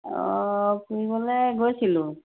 অঁ ফুৰিবলে গৈছিলোঁ